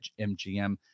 MGM